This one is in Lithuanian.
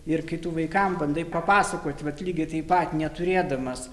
ir kitų vaikam bandai papasakot bet lygiai taip pat neturėdamas